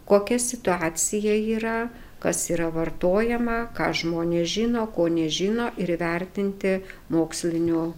kokia situacija yra kas yra vartojama ką žmonės žino ko nežino ir įvertinti moksliniu